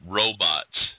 robots